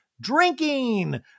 drinking